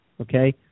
Okay